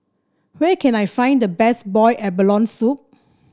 where can I find the best Boiled Abalone Soup